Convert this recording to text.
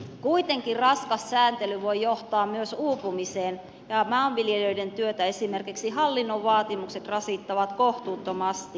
kuitenkin raskas sääntely voi johtaa myös uupumiseen ja maanviljelijöiden työtä esimerkiksi hallinnon vaatimukset rasittavat kohtuuttomasti